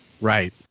Right